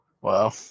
Wow